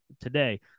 today